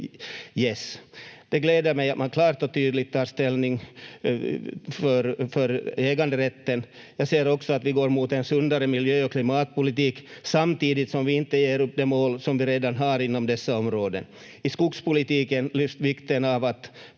gäss. Det glädjer mig att man klart och tydligt tar ställning för äganderätten. Jag ser också att vi går mot en sundare miljö- och klimatpolitik samtidigt som vi inte ger upp de mål som vi redan har inom dessa områden. I skogspolitiken lyfts vikten av att